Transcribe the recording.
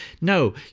No